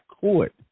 court